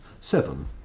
seven